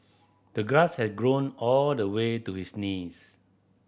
the grass had grown all the way to his knees